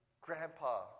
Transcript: grandpa